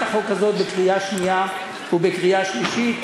החוק הזאת בקריאה שנייה ובקריאה שלישית.